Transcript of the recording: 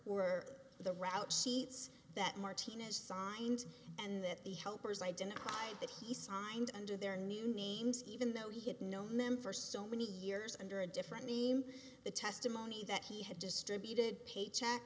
were the route sheets that martinez signed and that the helpers identified that he signed under their new needs even though he had no member so many years under a different name the testimony that he had distributed pay check